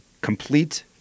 complete